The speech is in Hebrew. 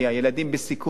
ילדים בסיכון,